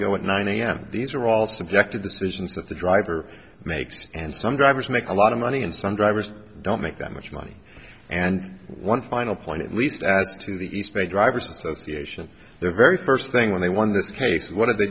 go at nine am these are all subjective decisions that the driver makes and some drivers make a lot of money and some drivers don't make that much money and one final point at least as to the east bay drivers association the very first thing when they won this case what did they